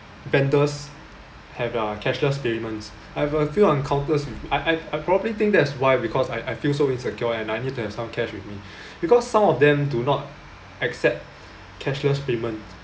vendors have a cashless payments I've a few encounters with I I probably think that's why because I I feel so insecure and I need to have some cash with me because some of them do not accept cashless payment